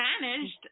managed